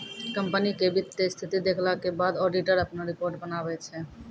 company के वित्तीय स्थिति देखला के बाद ऑडिटर अपनो रिपोर्ट बनाबै छै